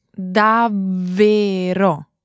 Davvero